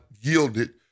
yielded